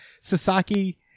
Sasaki